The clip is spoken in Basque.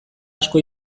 asko